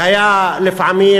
והיה לפעמים,